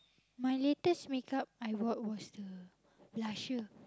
my latest make-up I got was the blusher